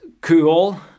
cool